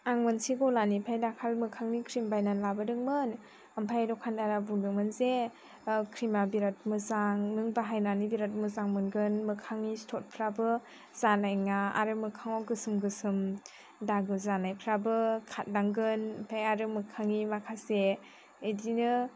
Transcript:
आं मोनसे गलानिफ्राय दाखालि मोखांनि क्रिम बायना लाबोदोंमोन ओमफ्राय दखानदारा बुंदोंमोन जे क्रिम आ बिराद मोजां नों बाहायनानै बिराद मोजां मोनगोन मोखांनि सिथरफोराबो जानाय नङा आरो मोखांआव गोसोम गोसोम दागो जानायफ्राबो खारलांगोन ओमफ्राय आरो मोखांनि माखासे बिदिनो